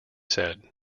said